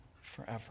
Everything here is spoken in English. forever